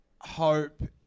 hope